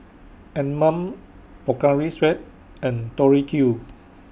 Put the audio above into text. Anmum Pocari Sweat and Tori Q